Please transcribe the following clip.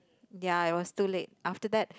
ya I was too late after that